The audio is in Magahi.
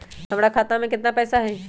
हमर खाता में केतना पैसा हई?